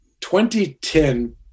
2010